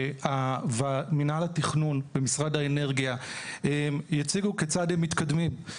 שמינהל התכנון במשרד האנרגיה יציגו כיצד הם מתקדמים.